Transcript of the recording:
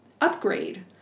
upgrade